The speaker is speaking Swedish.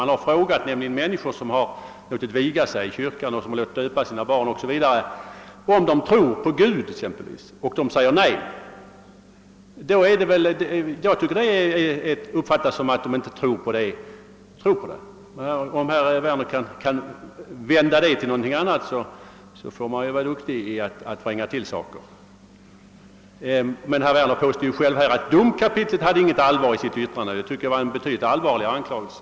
Man har nämligen frågat människor som har låtit viga sig i kyrkan eller låtit döpa sina barn o.s.v. om de tror på Gud och de har svarat nej. Jag tycker det måste uppfattas som att de inte tror på detta. Om herr Werner kan vända det till något annat så är han duktig i att vränga till saker och ting. Emellertid påstår herr Werner själv att det inte fanns något allvar i domkapitlets yttrande. Det tycker jag är en betydligt allvarligare anklagelse.